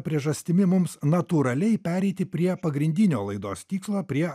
priežastimi mums natūraliai pereiti prie pagrindinio laidos tikslo prie